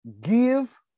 Give